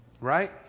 Right